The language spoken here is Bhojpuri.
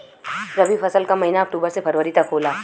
रवी फसल क महिना अक्टूबर से फरवरी तक होला